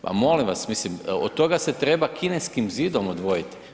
Pa molim vas, mislim od toga se treba Kineskim zidom odvojiti.